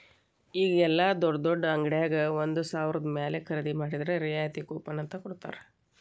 ಈಗ ಯೆಲ್ಲಾ ದೊಡ್ಡ್ ದೊಡ್ಡ ಅಂಗಡ್ಯಾಗ ಒಂದ ಸಾವ್ರದ ಮ್ಯಾಲೆ ಖರೇದಿ ಮಾಡಿದ್ರ ರಿಯಾಯಿತಿ ಕೂಪನ್ ಅಂತ್ ಕೊಡ್ತಾರ